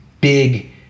big